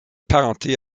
parenté